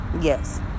Yes